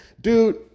dude